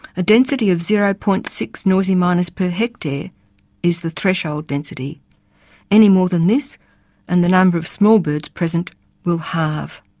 a density of zero. six noisy miners per hectare is the threshold density any more than this and the number of small birds present will halve.